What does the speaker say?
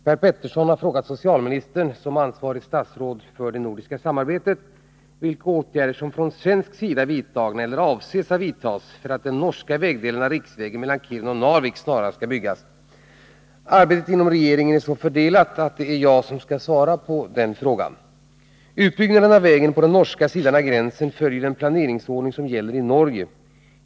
Herr talman! Per Petersson har frågat socialministern — som ansvarigt statsråd för det nordiska samarbetet — vilka åtgärder som från svensk sida är vidtagna eller avses att vidtas för att den norska vägdelen av riksvägen mellan Kiruna och Narvik snarast skall byggas. Arbetet inom regeringen är så fördelat att det är jag som skall svara på 55 frågan. Utbyggnaderi av vägen på den norska sidan av gränsen följer den planeringsordning som gäller i Norge.